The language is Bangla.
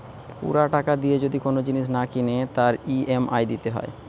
পুরা টাকা দিয়ে যদি কোন জিনিস না কিনে তার ই.এম.আই দিতে হয়